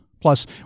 Plus